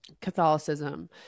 Catholicism